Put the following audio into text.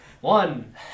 One